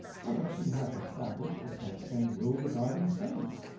for that she hath established the self-same rule regarding saints.